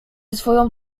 swoją